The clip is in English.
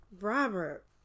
Robert